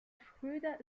schröder